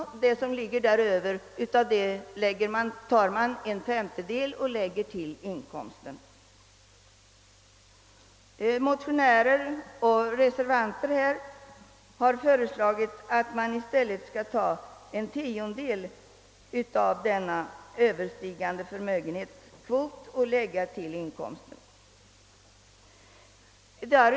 Av det belopp som ligger över 30000 kronor läggs en femtedel till inkomsten. Motionärer och reservanter har föreslagit att man i stället skall lägga endast en tiondel av denna överskjutande förmögenhetskvot till inkomsten.